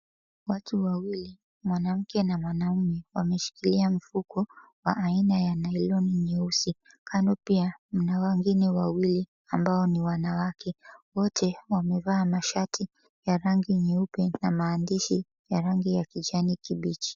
Watu wawili mwanamke na mwanaume wameshikilia mfuko wa aina ya nailoni nyeusi. Kando pia mna wengine wawili ambao ni wanawake, wote wamevaa mashati ya rangi nyeupe na maandishi ya rangi ya kijani kibichi.